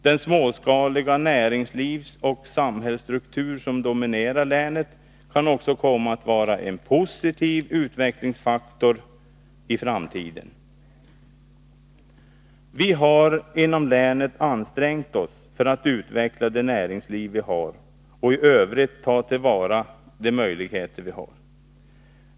Den småskaliga näringslivsoch samhällsstruktur som dominerar länet kan också komma att vara en positiv utvecklingsfaktor i framtiden. Vi har inom länet ansträngt oss för att utveckla det näringsliv vi har och i Övrigt ta till vara de möjligheter som finns.